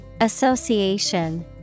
Association